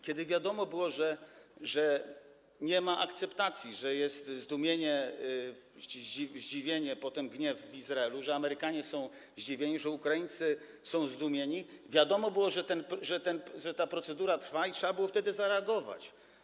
Kiedy wiadomo było, że nie ma akceptacji, że jest zdumienie, zdziwienie, potem gniew w Izraelu, że Amerykanie są zdziwieni, że Ukraińcy są zdumieni, wiadomo było, że ta procedura trwa, i trzeba było wtedy zareagować.